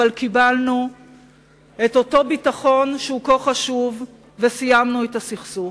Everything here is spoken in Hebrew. אבל קיבלנו את אותו ביטחון שהוא כה חשוב וסיימנו את הסכסוך.